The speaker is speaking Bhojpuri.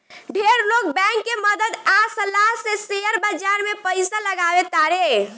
ढेर लोग बैंक के मदद आ सलाह से शेयर बाजार में पइसा लगावे तारे